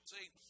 See